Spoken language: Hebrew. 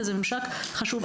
וזה ממשק חשוב,